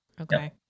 Okay